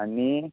आनी